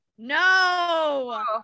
No